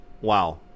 wow